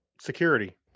Security